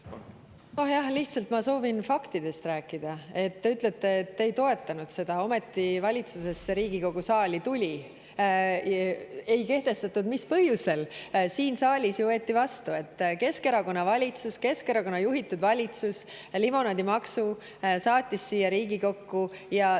Lihtsalt ma soovin faktidest rääkida. Te ütlete, et te ei toetanud seda – ometi valitsusest see Riigikogu saali tuli. Ei kehtestatud mis põhjusel? Siin saalis ju võeti [otsus] vastu. Keskerakonna valitsus, Keskerakonna juhitud valitsus limonaadimaksu saatis siia Riigikokku, see